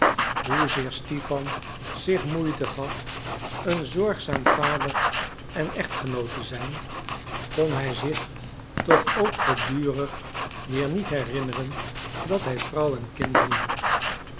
hoezeer stipan zich moeite gaf een zorgzaam vader en echtgenoot te zijn kon hij zich toch ook gedurig weer niet herinneren dat hij vrouw en kinderen had